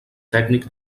tècnic